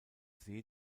see